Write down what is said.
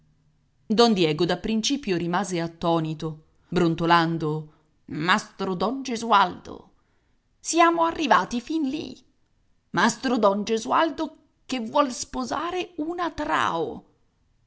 don diego da principio rimase attonito brontolando mastro don gesualdo siamo arrivati fin lì mastro don gesualdo che vuol sposare una trao